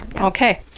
Okay